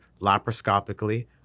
laparoscopically